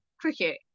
cricket